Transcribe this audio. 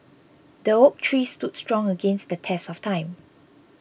the oak tree stood strong against the test of time